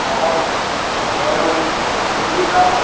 লগত ময়ো মিলি যাওঁ